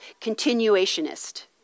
continuationist